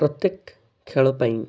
ପ୍ରତ୍ୟେକ ଖେଳପାଇଁ